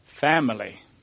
Family